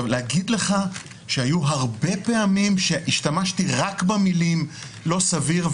להגיד לך שהיו פעמים שהשתמשתי רק במילים לא סביר,